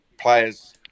players